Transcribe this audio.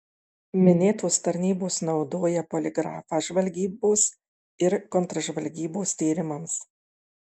minėtos tarnybos naudoja poligrafą žvalgybos ir kontržvalgybos tyrimams